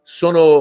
sono